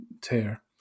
tear